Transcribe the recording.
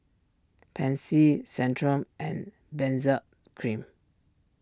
Pansy Centrum and Benzac Cream